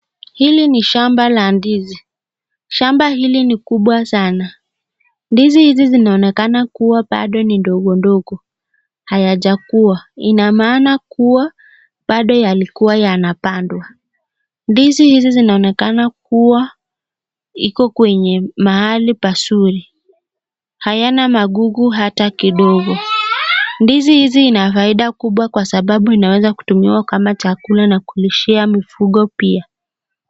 Hili ni shamba la ndizi, shamba hili ni kubwa sana, ndizi hizi zinaonekana kuwa bado ni ndogondogo hayajakuwa ina maana kuwa bado yalikuwa yanapandwa. Ndizi hizi zinaonekana kuwa iko kwenye mahali pazuri hayana magugu hata kidogo, ndizi hizi zina faida kubwa kwa sababu inaweza kutumiwa kama chakula na kulishia mifugo pia.